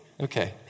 Okay